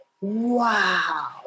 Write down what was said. Wow